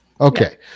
Okay